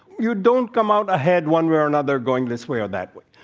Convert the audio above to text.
you don't come out ahead, one way or another, going this way or that way.